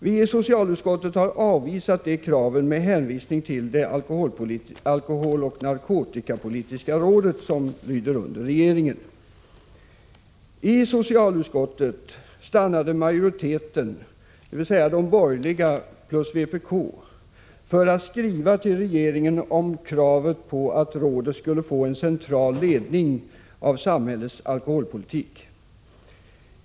Vi i socialutskottet har avvisat de kraven med hänvisning till det alkoholoch narkotikapolitiska rådet, som lyder under regeringen. I socialutskottet stannade majoriteten — dvs. de borgerliga plus vpk — för att skriva till regeringen om kravet på att rådet skulle få en central ledning av samhällets alkoholpolitik.